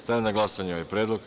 Stavljam na glasanje ovaj predlog.